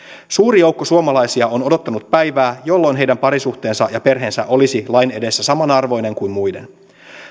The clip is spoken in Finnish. suuri joukko suomalaisia on odottanut päivää jolloin heidän parisuhteensa ja perheensä olisi lain edessä samanarvoinen kuin muiden